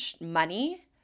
money